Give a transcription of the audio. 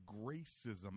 Gracism